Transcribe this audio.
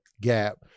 gap